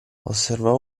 osservò